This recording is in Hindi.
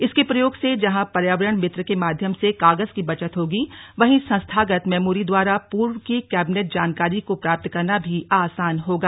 इसके प्रयोग से जहां पर्यावरण मित्र के माध्यम से कागज की बचत होगी वहीं संस्थागत मेमोरी द्वारा पूर्व की कैबिनेट जानकारी को प्राप्त करना भी आसान होगा